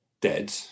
dead